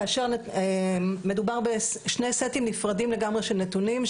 כאשר מדובר בשני סטים נפרדים לגמרי של נתונים,